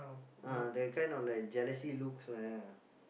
ah that kind of like jealousy looks like that ah